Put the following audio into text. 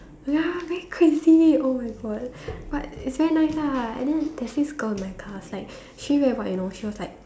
ya very crazy oh-my-God but it's very nice lah and then there's this girl in my class like she really very what you know she was like